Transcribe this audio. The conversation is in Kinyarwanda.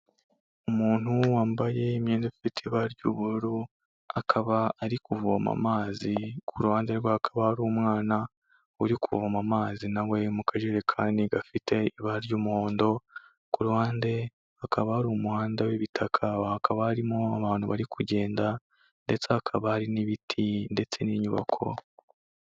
Umuntu wambaye imyenda ifite ibara ry'ubururu, akaba ari kuvoma amazi ku ruhande rwe hakaba hari umwana uri kuvoma amazi na we mu kajerekani gafite ibara ry'umuhondo, ku ruhande hakaba hari umuhanda w'ibitaka, hakaba harimo abantu bari kugenda ndetse hakaba hari n'ibiti ndetse n'inyubako.